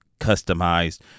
customized